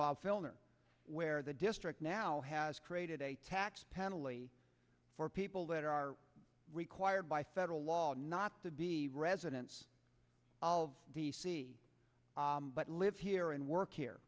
bob filner where the district now has created a tax penalty for people that are required by federal law not to be residents of d c but live here and work here